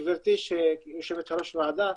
גברלי יושבת ראש הוועדה,